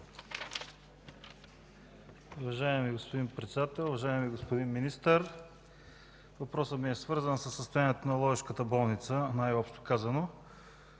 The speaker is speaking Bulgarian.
Уважаеми господин Председател, уважаеми господин Министър! Въпросът ми е свързан със състоянието на ловешката болница и продиктуван